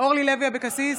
אורלי לוי אבקסיס,